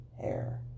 hair